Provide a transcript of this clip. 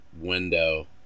window